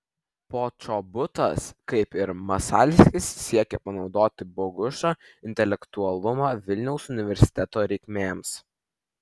počobutas kaip ir masalskis siekė panaudoti bogušo intelektualumą vilniaus universiteto reikmėms